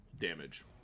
damage